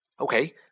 Okay